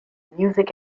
music